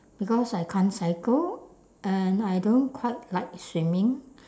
because I can't cycle and I don't quite like swimming